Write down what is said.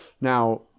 Now